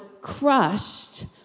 crushed